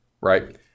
right